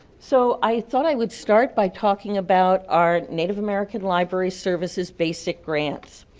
so i thought i would start by talking about our native american library services basic grants.